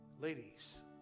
Ladies